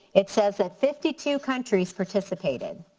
it says that fifty two countries participated.